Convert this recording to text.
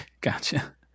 Gotcha